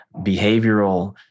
behavioral